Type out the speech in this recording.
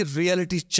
reality